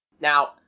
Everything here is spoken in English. Now